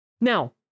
Now